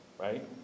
Right